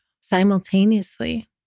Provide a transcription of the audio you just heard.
simultaneously